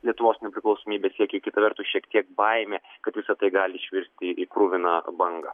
lietuvos nepriklausomybės siekiui kita vertus šiek tiek baimė kad visa tai gali išvirsti į kruviną bangą